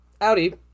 Audi